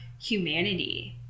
humanity